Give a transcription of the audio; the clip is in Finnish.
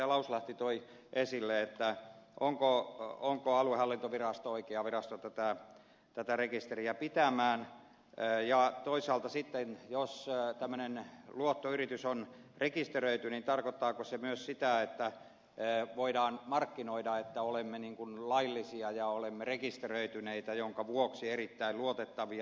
lauslahti toi esille että onko aluehallintovirasto oikea virasto tätä rekisteriä pitämään ja toisaalta sitten jos tämmöinen luottoyritys on rekisteröity niin tarkoittaako se myös sitä että voidaan markkinoida että olemme laillisia ja olemme rekisteröityneitä jonka vuoksi erittäin luotettavia